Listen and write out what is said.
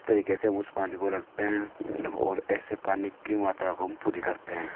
इस तरीके से हम उस पानी को रखते हैं ओर ऐसे पानी की मात्रा को भी पूरी करते हैं